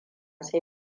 sai